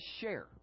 share